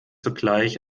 sogleich